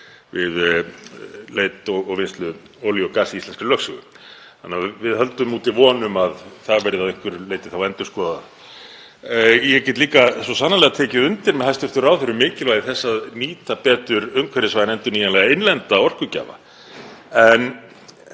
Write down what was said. við leit og vinnslu olíu og gass í íslenskri lögsögu. Þannig að við höldum úti von um að það verði þá að einhverju leyti endurskoðað. Ég get líka svo sannarlega tekið undir með hæstv. ráðherra um mikilvægi þess að nýta betur umhverfisvæna, endurnýjanlega, innlenda orkugjafa,